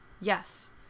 Yes